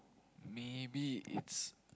maybe it's